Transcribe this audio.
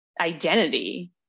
identity